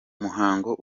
muhango